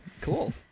cool